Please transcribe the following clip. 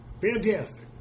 fantastic